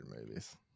movies